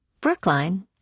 Brookline